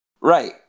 Right